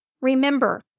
remember